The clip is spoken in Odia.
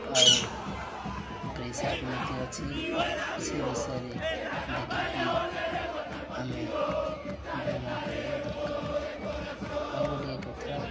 ଆଉ ପ୍ରେସର କେମିତି ଅଛି ସେ ବିଷୟରେ ଦେଖିକି ଆମେ ଭ୍ରମଣ କରିବା ଦରକାର ଆଉ ଗୋଟିଏ କଥା